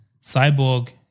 Cyborg